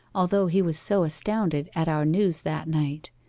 although he was so astounded at our news that night.